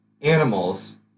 animals